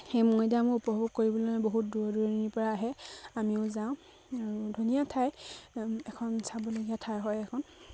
সেই মৈদামো উপভোগ কৰিবলৈ বহুত দূৰ দূৰণিৰ পৰা আহে আমিও যাওঁ আৰু ধুনীয়া ঠাই এখন চাবলগীয়া ঠাই হয় এইখন